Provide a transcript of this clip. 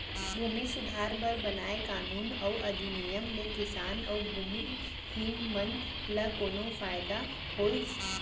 भूमि सुधार बर बनाए कानून अउ अधिनियम ले किसान अउ भूमिहीन मन ल कोनो फायदा होइस?